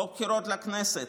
חוק הבחירות לכנסת